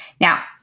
Now